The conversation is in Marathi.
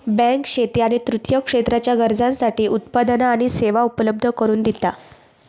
बँक शेती आणि तृतीय क्षेत्राच्या गरजांसाठी उत्पादना आणि सेवा उपलब्ध करून दिता